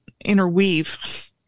interweave